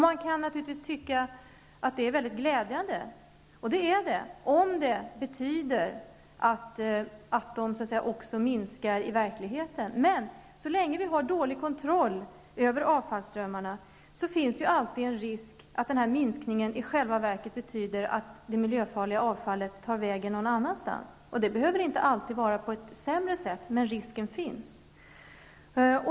Man kan naturligtvis tycka att det är glädjande, vilket det också är om det betyder att det miljöfarliga avfallet minskar i verkligheten. Så länge kontrollen över avfallsströmmarna är dålig, finns det alltid en risk för att denna minskning i själva verket betyder att det miljöfarliga avfallet försvinner någon annanstans. Det behöver inte alltid försvinna på ett sämre sätt, men den risken finns.